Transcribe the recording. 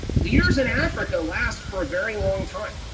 leaders in africa last for a very long time.